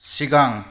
सिगां